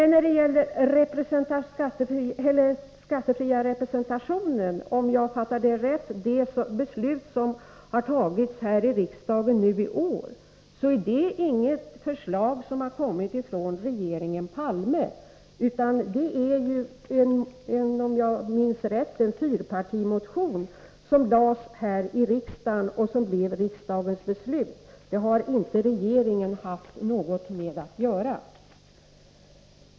När det gäller den alkoholfria representationen — om jag förstod saken rätt syftar Rolf Wirtén på det beslut som har fattats här i riksdagen i år — är det inte fråga om något förslag som har kommit ifrån regeringen Palme. Beslutet är, om jag minns rätt, grundat på en fyrpartimotion, som lades fram i riksdagen och som sedan blev riksdagens beslut. Det har inte regeringen haft någonting med att göra.